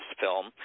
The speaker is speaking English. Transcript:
film